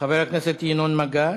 חבר הכנסת ינון מגל.